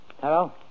Hello